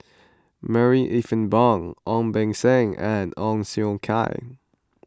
Marie Ethel Bong Ong Beng Seng and Ong Siong Kai